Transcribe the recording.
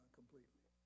completely